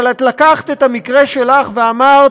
אבל את לקחת את המקרה שלך ואמרת: